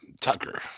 Tucker